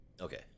okay